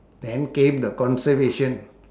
then came the conservation